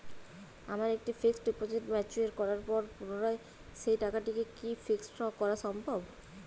আমার একটি fixed deposit mature করার পর পুনরায় সেই টাকাটিকে কি ফিক্সড করা সম্ভব?